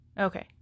Okay